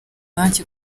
banki